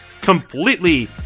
completely